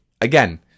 Again